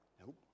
Nope